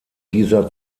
dieser